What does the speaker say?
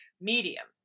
medium